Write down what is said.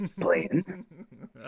playing